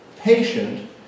patient